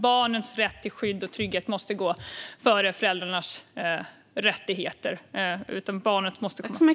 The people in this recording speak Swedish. Barnens rätt till skydd och trygghet måste gå före föräldrarnas rättigheter. Barnet måste komma först.